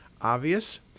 obvious